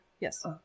yes